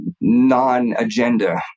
non-agenda